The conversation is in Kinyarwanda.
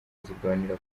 zirwanira